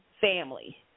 family